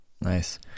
nice